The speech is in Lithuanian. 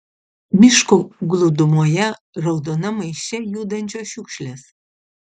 miško glūdumoje raudonam maiše judančios šiukšlės